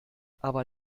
aber